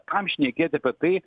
kam šnekėt apie tai